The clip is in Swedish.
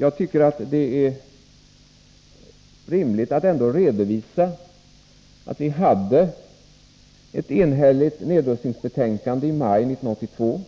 Jag tycker att det är rimligt att redovisa att vi hade ett enhälligt nedrustningsbetänkande i maj 1982.